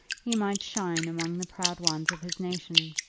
he might shine among the proud ones of his nation.